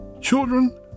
children